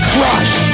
Crush